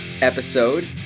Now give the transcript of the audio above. episode